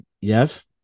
Yes